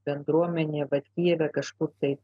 bendruomenė vat yra kažkur taip